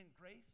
grace